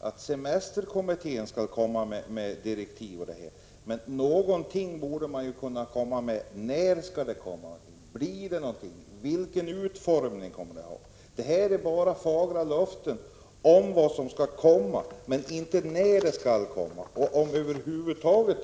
att semesterkommittén skall behandla frågan om allmänna semesterfonder. Men någonting borde man väl ändå kunna säga: Blir det över huvud taget något förslag i den frågan, när kommer det och vilken utformning kommer det att ha? Det här är bara fagra löften.